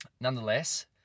nonetheless